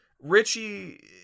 richie